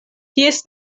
ties